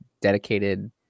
dedicated